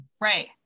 Right